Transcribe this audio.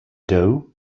dough